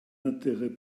intérêt